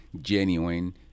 genuine